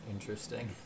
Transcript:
Interesting